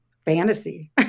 fantasy